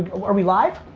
are we live?